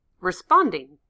responding